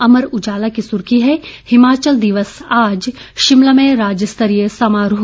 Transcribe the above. अमर उजाला की सुर्खी है हिमाचल दिवस आज शिमला में राज्य स्तरीय समारोह